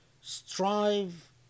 strive